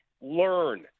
Learn